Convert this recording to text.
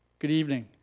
good evening.